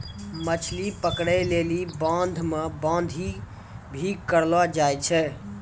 मछली पकड़ै लेली बांध मे बांधी भी करलो जाय छै